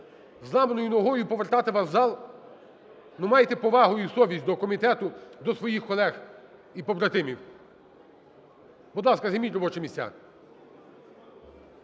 зламаною ногою і повертати вас в зал, майте повагу і совість до комітету, до своїх колег і побратимів. Будь ласка, займіть робочі місця.